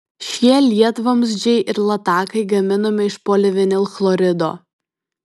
šie lietvamzdžiai ir latakai gaminami iš polivinilchlorido